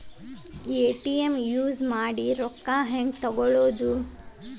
ATM use ಮಾಡಿ ರೊಕ್ಕ ಹೆಂಗೆ ತಕ್ಕೊಳೋದು?